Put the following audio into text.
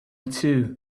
too